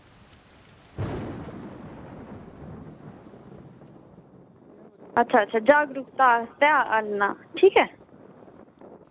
अच्छा अच्छा जागरूकता आस्तै औना